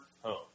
home